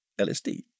LSD